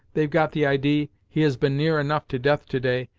they've got the idee he has been near enough to death to-day,